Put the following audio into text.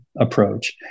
approach